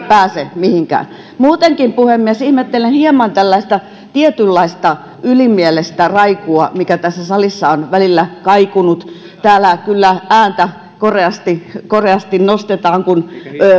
pääse mihinkään muutenkin puhemies ihmettelen hieman tällaista tietynlaista ylimielistä raikua mikä tässä salissa on välillä kaikunut täällä kyllä ääntä koreasti koreasti nostetaan kun